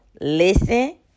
listen